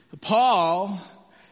Paul